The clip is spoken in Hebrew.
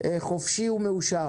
(חובת מסירת מידע של מוכר ומשווק גז טבעי),